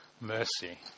mercy